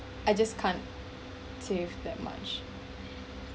I just can't save that much